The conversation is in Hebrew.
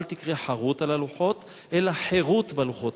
אל תקרא חרות על הלוחות אלא חירות בלוחות.